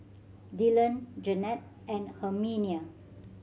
Dylon Jannette and Herminia